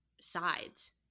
sides